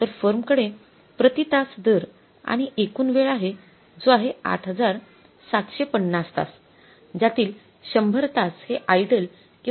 तर फर्म कडे प्रति तास दर आणि एकूण वेळ आहे जो आहे ८७५० तास जातील १०० तास हे आइडल किंवा निष्क्रिय तास आहेत